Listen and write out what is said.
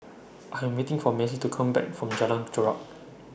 I Am waiting For Macy to Come Back from Jalan Chorak